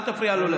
אל תפריע לו.